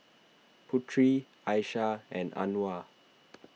Putri Aisyah and Anuar